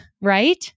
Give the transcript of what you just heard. right